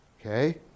Okay